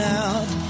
out